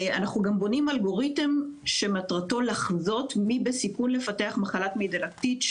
אנחנו גם בונים אלגוריתם שמטרתו לחזות מי בסיכון לפתח מחלת מעי דלקתית,